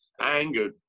angered